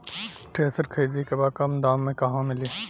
Thresher खरीदे के बा कम दाम में कहवा मिली?